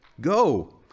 go